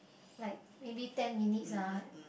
like maybe ten minutes ah